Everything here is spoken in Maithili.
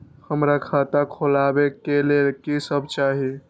हमरा खाता खोलावे के लेल की सब चाही?